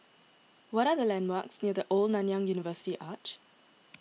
what are the landmarks near the Old Nanyang University Arch